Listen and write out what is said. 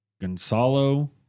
Gonzalo